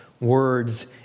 words